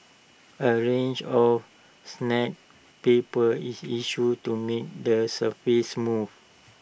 A range of paper is issued to make the surface smooth